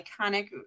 iconic